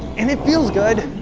and it feels good.